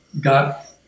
got